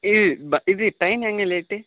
இ ப இது ட்ரெயின் ஏங்க லேட்டு